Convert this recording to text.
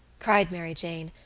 cried mary jane,